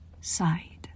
side